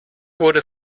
wurde